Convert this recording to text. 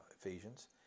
Ephesians